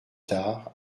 tard